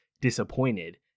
disappointed